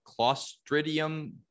clostridium